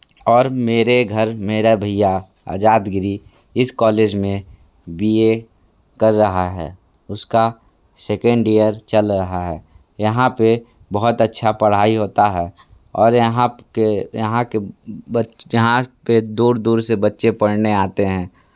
और मेरे घर मेरा भैया आजाद गिरी इस कॉलेज में बी ए कर रहा है उसका सेकेंड ईयर चल रहा है यहाँ पे बहुत अच्छा पढ़ाई होता है और यहाँ के यहाँ के यहाँ पे दूर दूर से बच्चे पढ़ने आते हैं